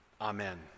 Amen